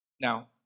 Now